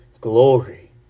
Glory